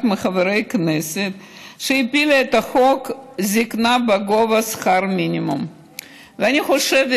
קצבת זקנה בגובה שכר מינימום של אחד מחברי הכנסת.